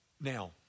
Now